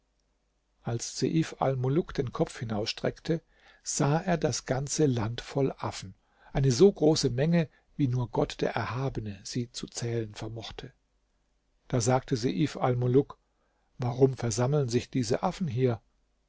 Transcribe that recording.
als seif almuluk den kopf hinausstreckte sah er das ganze land voll affen eine so große menge wie nur gott der erhabene sie zu zählen vermochte da sagte seif almuluk warum versammeln sich diese affen hier